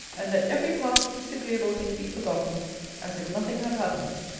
and let every past disagreeable thing be forgotten as if nothing had happened.